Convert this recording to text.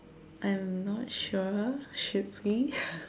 I'm not sure should we